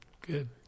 Good